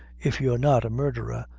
if you're not a murdherer?